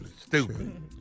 stupid